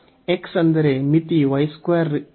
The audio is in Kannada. x ಎಂದರೆ ಮಿತಿ ರಿಂದ ಇರುತ್ತದೆ